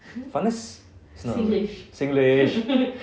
funnest is not a word singlish